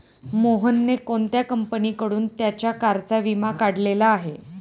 मोहनने कोणत्या कंपनीकडून त्याच्या कारचा विमा काढलेला आहे?